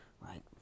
right